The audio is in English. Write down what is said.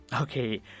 Okay